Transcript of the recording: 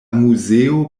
muzeo